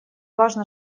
важно